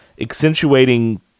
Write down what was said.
accentuating